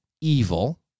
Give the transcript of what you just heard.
evil